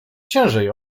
ciężej